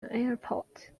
airport